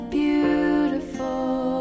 beautiful